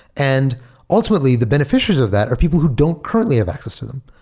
and ultimately, the beneficiaries of that are people who don't currently have access to them.